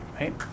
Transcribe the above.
right